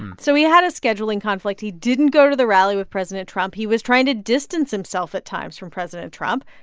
so he had a scheduling conflict. he didn't go to the rally with president trump. he was trying to distance himself, at times, from president trump.